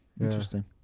Interesting